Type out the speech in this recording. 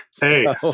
Hey